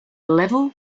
level